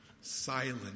silent